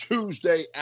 Tuesday